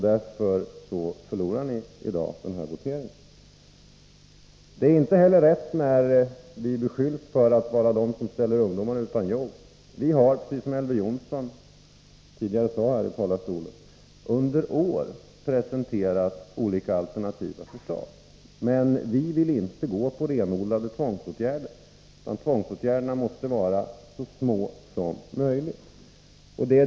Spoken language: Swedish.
Därför förlorar ni i dag denna votering. Det är inte heller rätt när vi beskylls för att vara dem som ställer ungdomarna utan jobb. Vi har, precis som Elver Jonsson tidigare sade i talarstolen, under år presenterat olika alternativa förslag. Vi vill inte föreslå på renodlade tvångsåtgärder. De måste vara så små som möjligt.